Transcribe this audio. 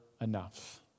enough